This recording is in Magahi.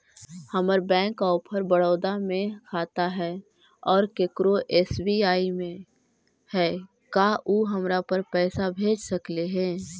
हमर बैंक ऑफ़र बड़ौदा में खाता है और केकरो एस.बी.आई में है का उ हमरा पर पैसा भेज सकले हे?